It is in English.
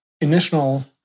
initial